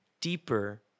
deeper